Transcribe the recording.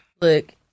Look